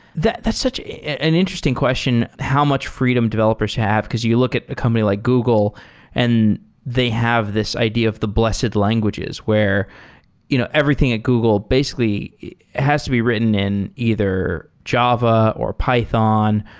that's such an interesting question how much freedom developers have, because you look at a company like google and they have this idea of the blessed languages where you know everything at google basically has to be written in either java, or python,